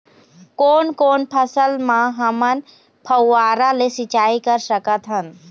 कोन कोन फसल म हमन फव्वारा ले सिचाई कर सकत हन?